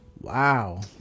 wow